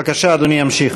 בבקשה, אדוני ימשיך.